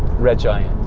red giant.